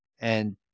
And-